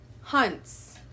hunts